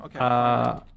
Okay